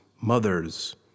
mothers